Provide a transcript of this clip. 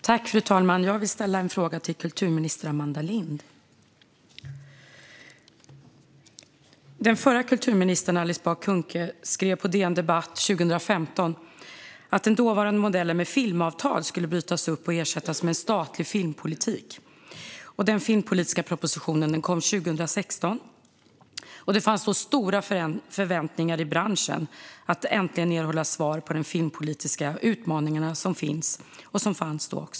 Fru talman! Jag vill ställa en fråga till kulturminister Amanda Lind. Den förra kulturministern Alice Bah Kuhnke skrev på DN Debatt 2015 att den dåvarande modellen med filmavtal skulle brytas upp och ersättas med statlig filmpolitik. Den filmpolitiska propositionen kom 2016. Det fanns då stora förväntningar i branschen att äntligen erhålla svar på de filmpolitiska utmaningarna som fanns då - och som finns nu.